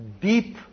deep